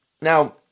Now